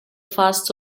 first